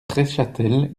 treschâtel